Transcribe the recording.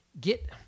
get